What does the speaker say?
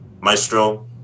Maestro